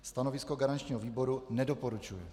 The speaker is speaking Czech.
Stanovisko garančního výboru: nedoporučuje.